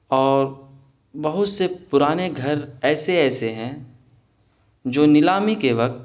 اور بہت سے پرانے گھر ایسے ایسے ہیں جو نیلامی کے وقت